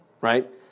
Right